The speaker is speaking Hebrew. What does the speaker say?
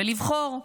ולבחור,